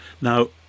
Now